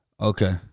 Okay